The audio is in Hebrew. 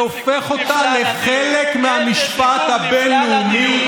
והחלטות סן רמו הפכו אותה לחלק מהמשפט הבין-לאומי: